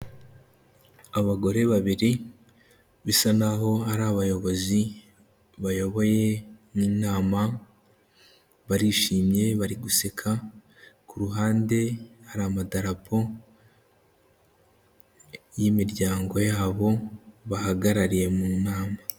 Abagore babiri bisa naho ari abayobozi bayoboye inama, barishimye bariguseka, ku ruhande hari amadarapo y'imiryango yabo bahagarariye mu nama.